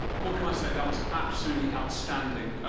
what can i say? that was absolutely outstanding.